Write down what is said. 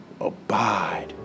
abide